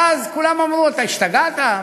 ואז כולם אמרו: אתה השתגעת?